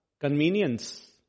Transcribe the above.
convenience